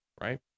right